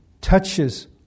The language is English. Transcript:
touches